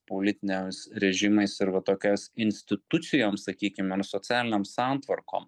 politiniais režimais ir va tokias institucijom sakykim ir socialinėms santvarkom